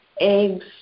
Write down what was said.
eggs